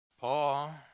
Paul